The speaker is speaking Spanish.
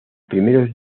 primeros